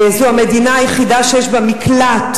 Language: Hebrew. זו המדינה היחידה שיש בה מקלט